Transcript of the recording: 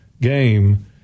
game